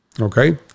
Okay